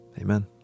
Amen